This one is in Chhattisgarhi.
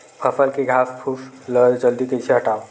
फसल के घासफुस ल जल्दी कइसे हटाव?